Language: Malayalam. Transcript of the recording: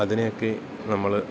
അതിനെയൊക്കെ നമ്മള്